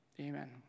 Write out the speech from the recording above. Amen